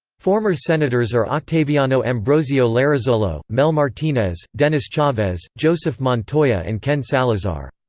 former senators are octaviano ambrosio larrazolo, mel martinez, dennis chavez, joseph montoya and ken salazar.